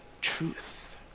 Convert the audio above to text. truth